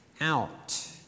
out